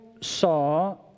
saw